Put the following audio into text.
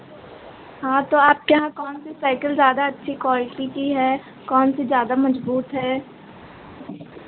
हाँ तो आपके यहाँ कौन सी साइकिल ज्यादा अच्छी क्वालिटी की है कौन सी ज़्यादा मजबूत है